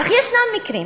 אך ישנם מקרים